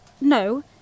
No